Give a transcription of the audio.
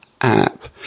app